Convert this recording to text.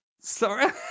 Sorry